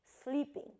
sleeping